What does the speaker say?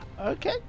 Okay